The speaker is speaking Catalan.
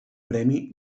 premi